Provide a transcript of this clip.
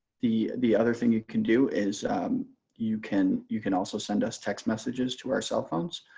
the the other thing you can do is you can you can also send us text messages to our cell phones.